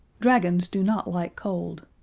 dragons do not like cold.